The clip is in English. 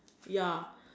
ya